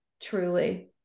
Truly